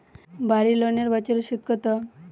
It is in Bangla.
বাড়ি লোনের বছরে সুদ কত?